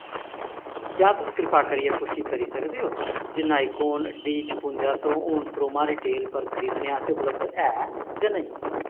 क्या तुस कृपा करियै पुश्टि करी सकदे ओ जे नाईकोन डी छपुंजा सौ हून क्रोमा रिटेल पर खरीदने आस्तै उपलब्ध ऐ जां नेईं